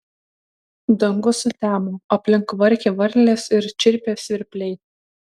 dangus sutemo aplink kvarkė varlės ir čirpė svirpliai